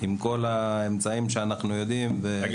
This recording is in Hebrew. עם כל האמצעים שעומדים ברשותנו --- רגע,